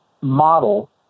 model